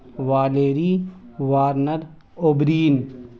Valerie Warner O'Brien